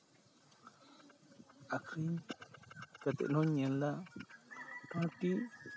ᱟᱹᱠᱷᱨᱤᱧ ᱠᱟᱛᱮᱫ ᱦᱚᱧ ᱧᱮᱞᱫᱟ ᱢᱚᱴᱟᱢᱩᱴᱤ